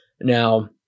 Now